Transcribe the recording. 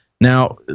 Now